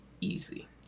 easy